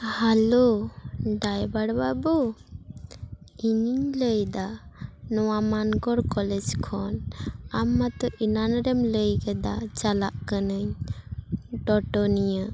hello driver ᱵᱟᱹᱵᱩ ᱤᱧᱤᱧ ᱞᱟᱹᱭᱮᱫᱟ ᱱᱚᱣᱟ ᱢᱟᱱᱠᱚᱨ ᱠᱚᱞᱮᱡᱽ ᱠᱷᱚᱱ ᱟᱢ ᱢᱟᱛᱳ ᱮᱱᱟᱱ ᱨᱮᱢ ᱞᱟᱹᱭ ᱠᱮᱫᱟ ᱪᱟᱞᱟᱜ ᱠᱟᱱᱟᱹᱧ ᱴᱳᱴᱳ ᱱᱤᱭᱟᱹ